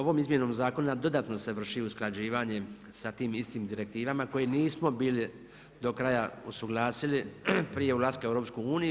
Ovom izmjenom zakona dodatno se vrši usklađivanje sa tim istim direktivama koje nismo bili do kraja usuglasili prije ulaska u EU.